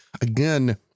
Again